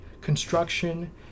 construction